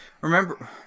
Remember